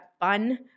fun